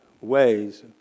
ways